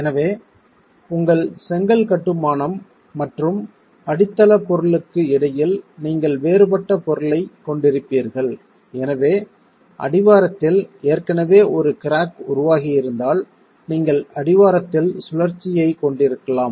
எனவே உங்கள் செங்கல் கட்டுமானம் மற்றும் அடித்தளப் பொருளுக்கு இடையில் நீங்கள் வேறுபட்ட பொருளைக் கொண்டிருப்பீர்கள் எனவே அடிவாரத்தில் ஏற்கனவே ஒரு கிராக் உருவாகியிருந்தால் நீங்கள் அடிவாரத்தில் சுழற்சியைக் கொண்டிருக்கலாம்